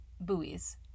buoys